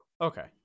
Okay